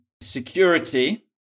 security